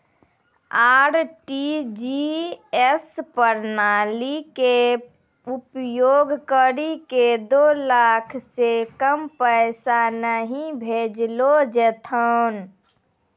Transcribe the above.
RTGS प्रणाली के उपयोग करि के दो लाख से कम पैसा नहि भेजलो जेथौन